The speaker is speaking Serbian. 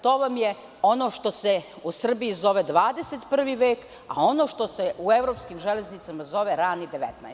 To vam je ono što se u Srbiji zove 21 vek, a ono što se u evropskim železnicama zove rani 19.